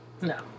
No